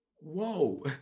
whoa